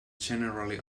generally